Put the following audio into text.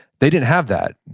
they didn't have that.